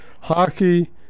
Hockey